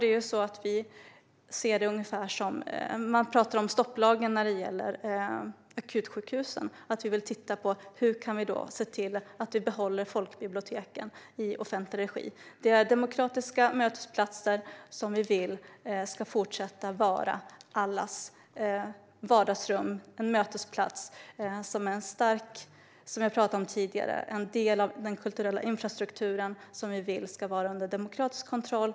Vi ser det ungefär som när man pratar om stopplagen när det gäller akutsjukhusen. Vi vill titta på hur vi kan se till att vi behåller folkbiblioteken i offentlig regi. Det är demokratiska mötesplatser som vi vill ska fortsätta vara allas vardagsrum. Det är mötesplatser, som jag pratade om tidigare, som är en del av den kulturella infrastruktur som vi vill ska vara under demokratisk kontroll.